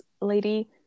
lady